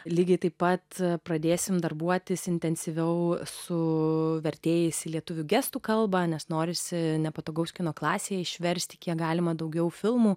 lygiai taip pat pradėsime darbuotis intensyviau su vertėjais į lietuvių gestų kalbą nes norisi nepatogaus kino klasėje išversti kiek galima daugiau filmų